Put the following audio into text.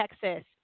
Texas